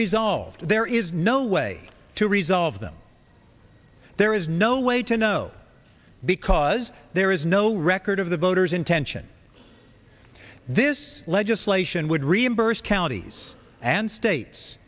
resolved there is no way to resolve them there is no way to know because there is no record of the voters intention this legislation would reimburse counties and states